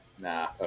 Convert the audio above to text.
Nah